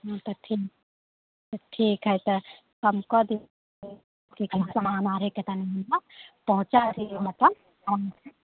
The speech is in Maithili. हँ तऽ ठीक तऽ ठीक हइ तऽ कम कऽ दिऔ कि कोना समान आओर हइके कनि पहुँचा दिऔ तब हम